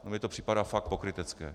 Mně to připadá fakt pokrytecké.